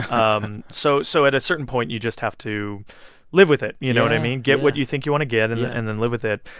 um so so at a certain point, you just have to live with it, you know what i mean? get what you think you want to get and and then live with it.